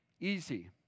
easy